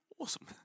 Awesome